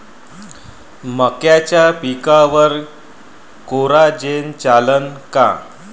मक्याच्या पिकावर कोराजेन चालन का?